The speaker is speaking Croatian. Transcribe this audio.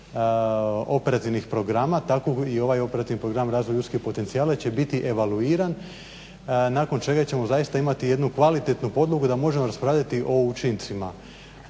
operativnih programa tako i ovaj operativni program razvoj ljudskih potencijala će biti evaluiran nakon čega ćemo zaista imati jednu kvalitetnu podlogu da možemo raspravljati o učincima.